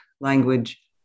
language